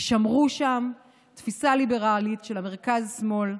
תפיסה ליברלית של המרכז-שמאל.